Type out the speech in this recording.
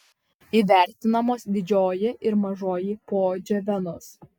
įvertinamos didžioji ir mažoji poodžio venos